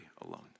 alone